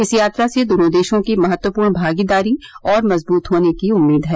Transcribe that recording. इस यात्रा से दोनों देशों की महत्वपूर्ण भागीदारी और मजबूत होने की उम्मीद है